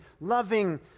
loving